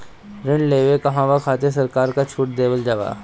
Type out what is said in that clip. ऋण लेवे कहवा खातिर सरकार का का छूट देले बा?